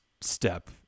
step